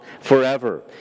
Forever